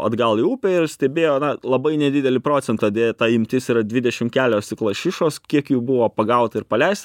atgal į upę ir stebėjo na labai nedidelį procentą deja ta imtis dvidešim kelios tik lašišos kiek jų buvo pagaut ir paleist